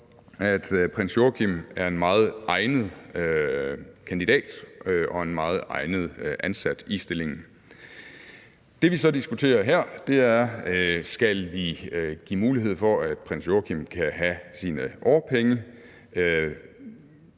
at prins Joachim er en meget egnet kandidat og en meget egnet ansat. Det, vi så diskuterer her, er, om vi skal give mulighed for, at prins Joachim kan have sine årpenge